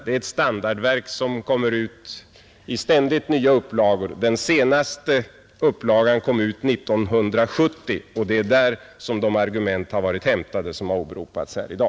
Det är ett standardverk som kommer ut i ständigt nya upplagor. Den senaste upplagan kom ut 1970, och det är där de argument hämtats som åberopats här i dag.